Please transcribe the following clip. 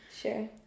Sure